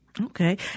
Okay